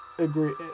Agree